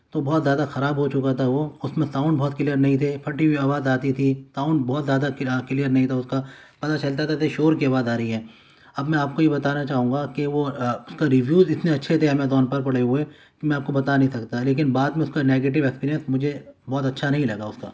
تو بہت زیادہ خراب ہو چکا تھا وہ اس میں ساؤنڈ بہت کلیئر نہیں تھے پھٹی ہوئی آواز آتی تھی ساؤنڈ بہت زیادہ کلیئر نہیں تھا اس کا پتا چلتا تھا کہ شور کی آواز آ رہی ہے اب میں آپ کو یہ بتانا چاہوں گا کہ وہ اس کا ریویوز اتنے اچھے تھے امازون پر پڑے ہوئے کہ میں آپ کو بتا نہیں سکتا لیکن بعد میں اس کا نیگیٹو اکسپیریئنس مجھے بہت اچھا نہیں لگا اس کا